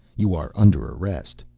you are under arrest.